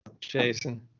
Jason